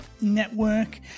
network